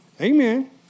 Amen